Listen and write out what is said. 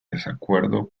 desacuerdo